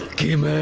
came